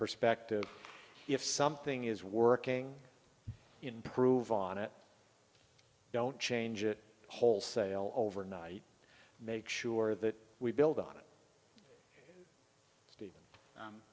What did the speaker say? perspective if something is working in prove on it don't change it wholesale overnight make sure that we build on it